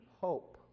hope